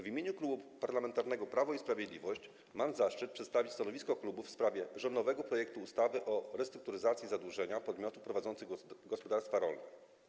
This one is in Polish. W imieniu Klubu Parlamentarnego Prawo i Sprawiedliwość mam zaszczyt przedstawić stanowisko klubu w sprawie rządowego projektu ustawy o restrukturyzacji zadłużenia podmiotów prowadzących gospodarstwa rolne.